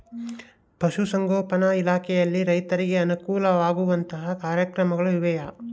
ಪಶುಸಂಗೋಪನಾ ಇಲಾಖೆಯಲ್ಲಿ ರೈತರಿಗೆ ಅನುಕೂಲ ಆಗುವಂತಹ ಕಾರ್ಯಕ್ರಮಗಳು ಇವೆಯಾ?